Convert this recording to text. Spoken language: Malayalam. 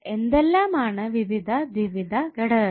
എന്തെല്ലാം ആണ് വിവിധ ദ്വിവിധ ഘടകങ്ങൾ